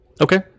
Okay